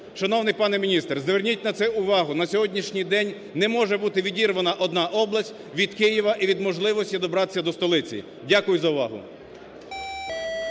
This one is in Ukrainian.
Шановний пане міністре, зверніть на це увагу, на сьогоднішній день не може бути відірвана одна область від Києва і від можливості добратися до столиці. Дякую за увагу.